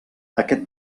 aquest